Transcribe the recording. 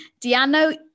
Diano